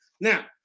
now